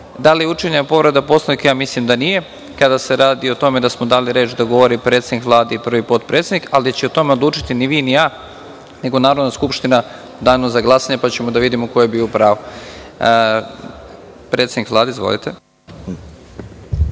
da li je učinjena povreda Poslovnika – mislim da nije, kada se radi o tome da smo dali reč da govori predsednik Vlade i prvi potpredsednik, ali o tome nećemo odlučiti ni vi ni ja, nego Narodna skupština u danu za glasanje, pa ćemo da vidimo ko je bio u pravu. Reč ima predsednik Vlade. Izvolite.